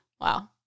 Wow